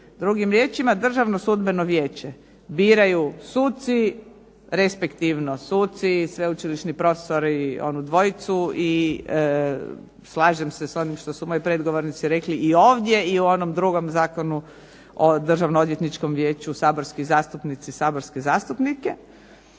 Drugim riječima Državno sudbeno vijeće biraju suci, respektivno suci, sveučilišni profesori onu dvojicu i slažem se s onim što su moji predgovornici rekli i ovdje i u onom drugom zakonu o Državnom odvjetničkom vijeću saborski zastupnici, saborske zastupnike.